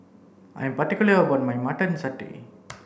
I'm particular about my mutton satay